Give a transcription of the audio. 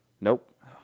Nope